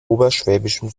oberschwäbischen